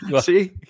See